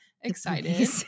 excited